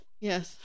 yes